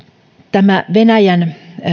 venäjän